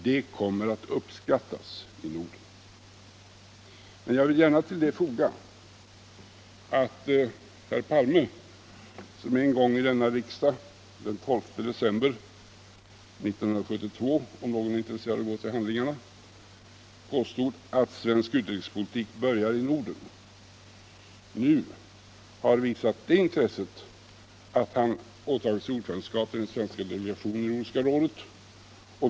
Det kommer att uppskattas 1 Norden! Men jag vill gärna till det foga att herr Palme som en gång i denna riksdag — den 12 december 1972, om någon är intresserad av att gå tillbaka och studera handlingarna — yttrade att svensk utrikespolitik börjar i Norden nu har visat det intresset igen genom att han åtagit sig ordförandeskapet i Nordiska rådets svenska delegation.